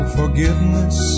forgiveness